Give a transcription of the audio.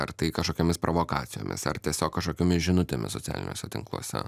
ar tai kažkokiomis provokacijomis ar tiesiog kažkokiomis žinutėmis socialiniuose tinkluose